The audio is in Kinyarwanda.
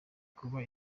kuba